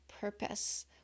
purpose